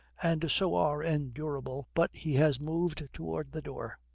and so are endurable but he has moved towards the door.